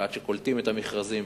ועד שקולטים את המכרזים,